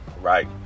right